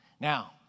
Now